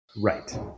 Right